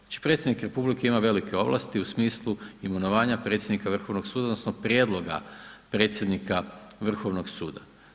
Znači predsjednik Republike ima velike ovlasti u smislu imenovanja predsjednika Vrhovnog suda, odnosno prijedloga predsjednika Vrhovnog suda.